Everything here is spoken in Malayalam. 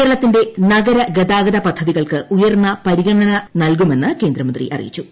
കേരളത്തിന്റെ നഗരഗതാഗത പദ്ധതികൾക്ക് ഉയർന്ന പരിഗണന നൽകുമെന്ന് കേന്ദ്രമന്ത്രി അറിയിച്ചു